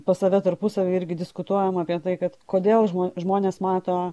pas save tarpusavy irgi diskutuojam apie tai kad kodėl žmonės mato